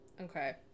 Okay